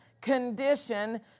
condition